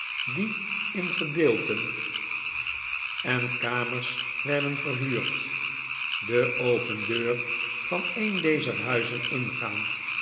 die in gedeelten en kamers werden verhuurd de open deur van een dezer huizen ingaand